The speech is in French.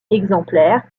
exemplaires